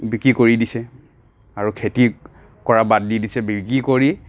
বিক্ৰি কৰি দিছে আৰু খেতি কৰা বাদ দি দিছে বিক্ৰি কৰি